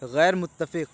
غیر متفق